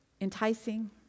enticing